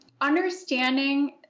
understanding